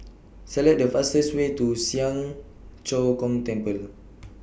Select The fastest Way to Siang Cho Keong Temple